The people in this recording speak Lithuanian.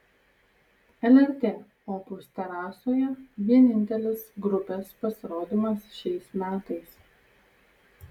lrt opus terasoje vienintelis grupės pasirodymas šiais metais